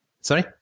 sorry